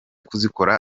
kuzikora